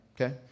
okay